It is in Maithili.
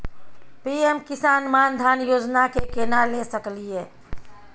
पी.एम किसान मान धान योजना के केना ले सकलिए?